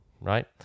right